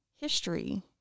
history